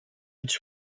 its